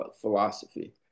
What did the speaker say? philosophy